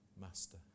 master